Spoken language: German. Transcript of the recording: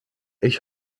ich